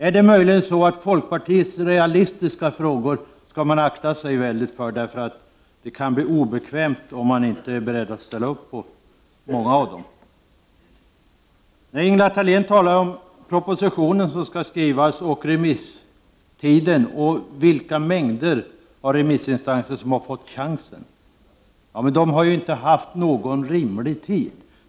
Är det möjligen så att man aktar sig noga för att svara på folkpartiets realistiska frågor, därför att det kan bli obekvämt om man inte är beredd att ställa upp på många av våra lösningar? Ingela Thalén talade om propositionen som skall skrivas, om remisstiden och om vilka mängder av remissinstanser som har fått chansen att svara. Men de har ju inte haft någon rimlig tid till sitt förfogande.